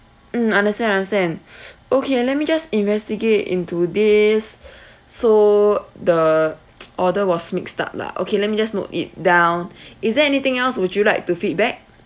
mm understand understand okay let me just investigate into this so the order was mixed up lah okay let me just note it down is there anything else would you like to feedback